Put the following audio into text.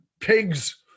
pigs